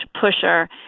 pusher